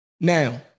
Now